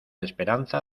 esperanza